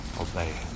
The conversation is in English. obey